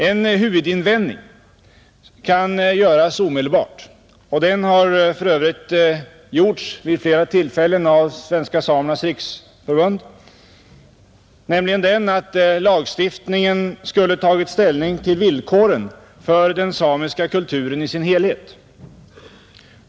En huvudinvändning kan göras omedelbart, och den har för övrigt gjorts vid flera tillfällen av Svenska samernas riksförbund, nämligen den att lagstiftningen borde ha tagit ställning till villkoren för den samiska kulturen i dess helhet.